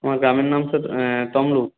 আমার গ্রামের নাম স্যার তমলুক